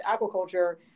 aquaculture